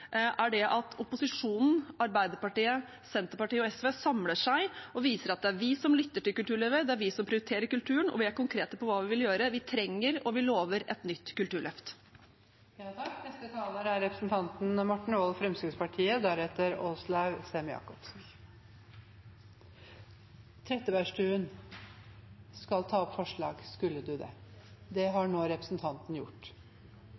gang er at opposisjonen – Arbeiderpartiet, Senterpartiet og SV – samler seg og viser at det er vi som lytter til kulturlivet, det er vi som prioriterer kulturen, og vi er konkrete på hva vi vil gjøre. Vi trenger – og vi lover – et nytt kulturløft. Jeg tar opp forslagene nr. 1–3, fra Arbeiderpartiet, Senterpartiet og SV. Representanten Anette Trettebergstuen har tatt opp